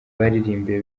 baririmbiye